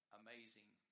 amazing